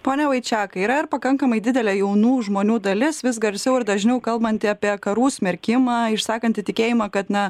pone vaičiakai yra ir pakankamai didelė jaunų žmonių dalis vis garsiau ir dažniau kalbanti apie karų smerkimą išsakanti tikėjimą kad na